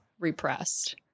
Repressed